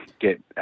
get